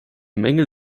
mängel